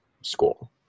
school